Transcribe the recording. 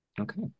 Okay